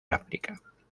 áfrica